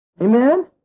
Amen